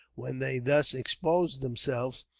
when they thus exposed themselves,